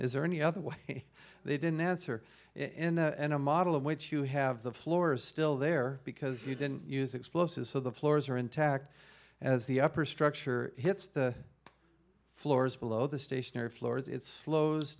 is there any other way they didn't answer in a and a model of which you have the floor is still there because you didn't use explosives so the floors are intact as the upper structure hits the floors below the stationary floors it's slows